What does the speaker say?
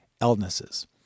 illnesses